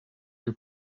you